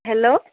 hello